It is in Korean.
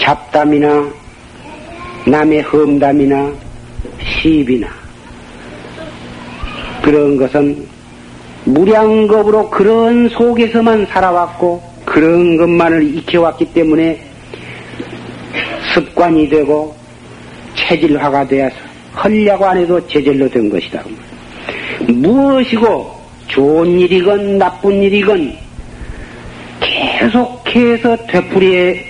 잡담이나 남의 험담이나 시비나 그런 것은 무량겁으로 그런 속에서만 살아왔고 그런 것만을 익혀왔기 때문에 습관이 되고 체질화가 되어서 하려고 안 해도 제절로 된 것이다. 무엇이고 좋은 일이건 나쁜 일이건 계속해서 되풀이해